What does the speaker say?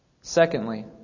Secondly